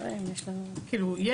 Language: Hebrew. מי